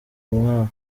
umwana